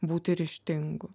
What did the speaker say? būti ryžtingu